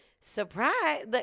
surprise